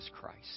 Christ